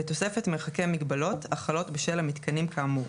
בתוספת מרחקי מגבלות החלות בשל המיתקנים כאמור.